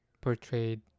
portrayed